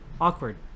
Awkward